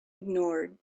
ignored